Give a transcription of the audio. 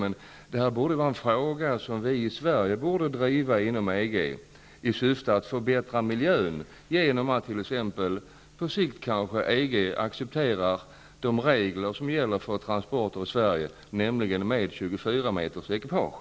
Men detta är en fråga som Sverige i syfte att förbättra miljön borde driva inom EG genom att på sikt förmå EG att acceptera de regler som gäller för transporter i Sverige, nämligen att det skall vara tillåtet med 24 meters-ekipage.